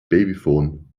babyphon